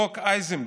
חוק אייזנברג.